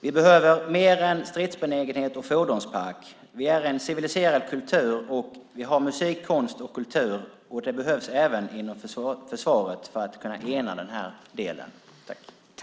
Vi behöver mer än stridsbenägenhet och fordonspark. Vi är en civiliserad kultur. Vi har musikkonst och kultur, och det behövs även inom försvaret!